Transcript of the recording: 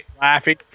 laughing